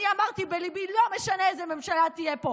אני אמרתי בליבי: לא משנה איזו ממשלה תהיה פה,